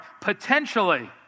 potentially